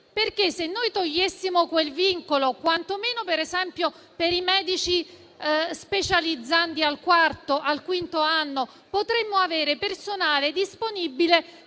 se noi togliessimo quel vincolo - quantomeno, per esempio, per i medici specializzandi al quarto o quinto anno - potremmo avere personale disponibile